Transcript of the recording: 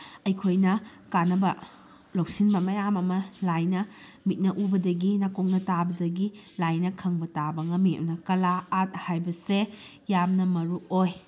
ꯑꯩꯈꯣꯏꯅ ꯀꯥꯅꯕ ꯂꯧꯁꯤꯟꯕ ꯃꯌꯥꯝ ꯑꯃ ꯂꯥꯏꯅ ꯃꯤꯠꯅ ꯎꯕꯗꯒꯤ ꯅꯥꯀꯣꯡꯅ ꯇꯥꯕꯗꯒꯤ ꯂꯥꯏꯅ ꯈꯪꯕ ꯇꯥꯕ ꯉꯝꯃꯤ ꯑꯗꯨꯅ ꯀꯂꯥ ꯑꯥꯔꯠ ꯍꯥꯏꯕꯁꯦ ꯌꯥꯝꯅ ꯃꯔꯨꯑꯣꯏ